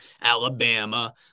Alabama